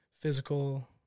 physical